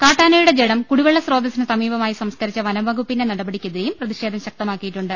കാട്ടാനയുടെ ജഢം കുടിവെള്ള സ്രോതസ്സിനു സമീപമായി സംസ്ക്കരിച്ച വനംവകുപ്പിന്റെ നട പടിക്കെതിരെയും പ്രതിഷേധം ശക്തമായിട്ടുണ്ട്